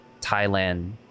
Thailand